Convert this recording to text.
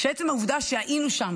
שעצם העובדה שהיינו שם